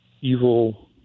evil